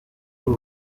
k’u